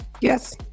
Yes